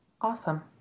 Awesome